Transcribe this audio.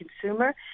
consumer